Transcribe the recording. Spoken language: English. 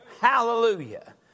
Hallelujah